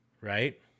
right